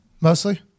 Mostly